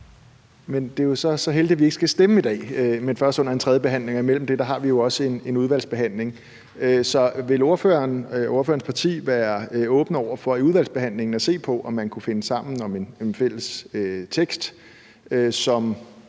det jo så heldigt, at vi ikke skal stemme i dag, men først under en tredjebehandling, og imellem det har vi også en udvalgsbehandling. Så vil ordføreren og ordførerens parti være åbne over for i udvalgsbehandlingen at se på, om man kunne finde sammen om en fælles tekst, som